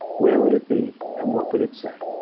where would it be and what would it say?